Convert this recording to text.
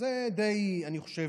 זה נראה לי די הגיוני, אני חושב.